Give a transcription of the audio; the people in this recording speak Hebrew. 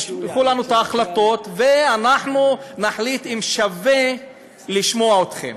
תשלחו לנו את ההחלטות ואנחנו נחליט אם שווה לשמוע אתכם.